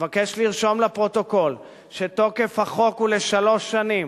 אני מבקש לרשום לפרוטוקול שתוקף החוק הוא לשלוש שנים,